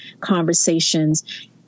conversations